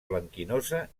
blanquinosa